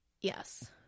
Yes